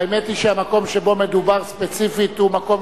האמת היא שהמקום שבו מדובר ספציפית הוא מקום